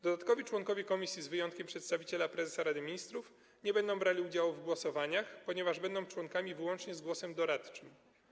Dodatkowi członkowie komisji, z wyjątkiem przedstawiciela prezesa Rady Ministrów, nie będą brali udziału w głosowaniach, ponieważ będą członkami wyłącznie z głosem doradczym.